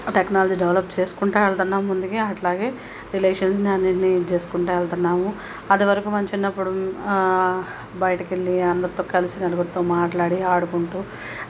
technology develop చేసుకుంటు వెళుతున్నాము ముందుకు అలాగే రిలేషన్స్ని అన్నింటిని ఇది చేసుకుంటు వెళుతున్నాము అదివరకు మన చిన్నప్పుడు బయటకు వెళ్ళి అందరితో కలిసి నలుగురితో మాట్లాడి ఆడుకుంటు